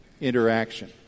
interaction